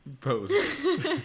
post